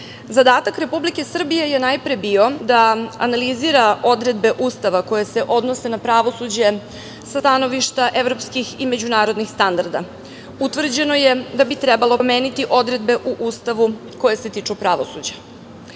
Srbije. Zadatak Republike Srbije je najpre bio da analizira odredbe Ustava koje se odnose na pravosuđe sa stanovišta evropskih i međunarodnih standarda. Utvrđeno je da bi trebalo promeniti odredbe u Ustavu koje se tiču pravosuđa.